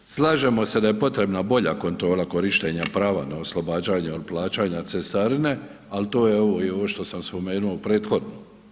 Slažemo se da je potrebna bolja kontrola korištenja prava na oslobađanja od plaćanja cestarine, ali to je ovo i ovo što sam spomenuo prethodno.